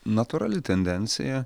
natūrali tendencija